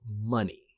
money